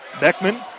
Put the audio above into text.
Beckman